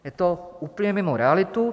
Je to úplně mimo realitu.